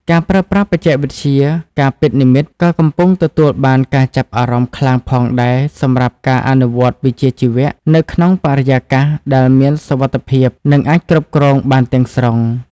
ការប្រើប្រាស់បច្ចេកវិទ្យាការពិតនិម្មិត ក៏កំពុងទទួលបានការចាប់អារម្មណ៍ខ្លាំងផងដែរសម្រាប់ការអនុវត្តវិជ្ជាជីវៈនៅក្នុងបរិយាកាសដែលមានសុវត្ថិភាពនិងអាចគ្រប់គ្រងបានទាំងស្រុង។